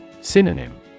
Synonym